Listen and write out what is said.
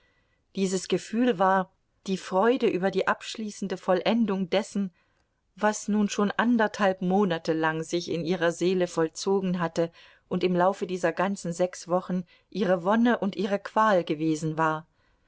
dieses gefühl war die freude über die abschließende vollendung dessen was nun schon anderthalb monate lang sich in ihrer seele vollzogen hatte und im laufe dieser ganzen sechs wochen ihre wonne und ihre qual gewesen war